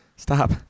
Stop